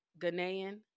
Ghanaian